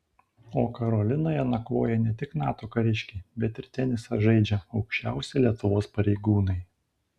o karolinoje nakvoja ne tik nato kariškiai bet ir tenisą žaidžia aukščiausi lietuvos pareigūnai